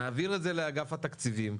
נעביר את זה לאגף התקציבים,